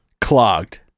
clogged